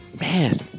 Man